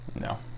No